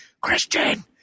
Christian